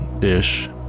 ish